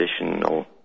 additional